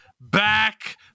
back